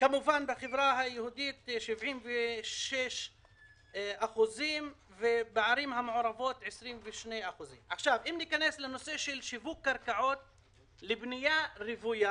כמובן בחברה היהודית 76% ובערים המעורבות 22%. אם ניכנס לנושא שיווק קרקעות לבנייה רוויה